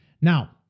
Now